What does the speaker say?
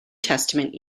testament